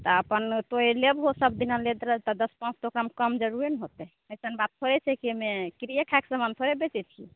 तऽ अपन तू लेबहो सब दिना लैत रहऽ तऽ दश पॉंच तऽ ओकरामे कम जरुरे ने होतै अइसन बात थोड़े छै कि एहिमे किरिया खाएके सामान थोड़े बेचै छी